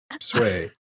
sway